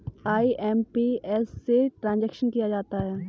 IMPS से transaction किया जाता है